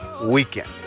weekend